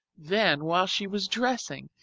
then while she was dressing,